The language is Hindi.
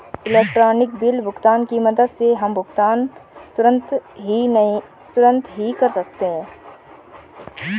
इलेक्ट्रॉनिक बिल भुगतान की मदद से हम भुगतान तुरंत ही कर सकते हैं